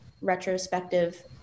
retrospective